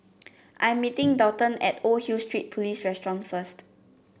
I am meeting Daulton at Old Hill Street Police restaurant first